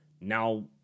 now